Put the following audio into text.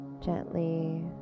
gently